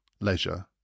leisure